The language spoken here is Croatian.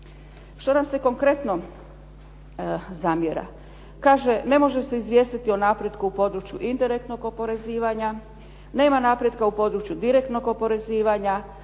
Što nam se konkretno zamjera? Kaže, ne može se izvijestiti o napretku u području indirektnog oporezivanja, nema napretka u području direktnog oporezivanja,